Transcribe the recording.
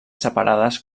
separades